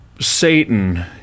Satan